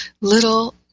little